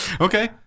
Okay